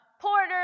Porter